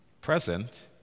present